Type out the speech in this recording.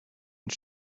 und